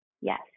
yes